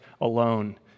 alone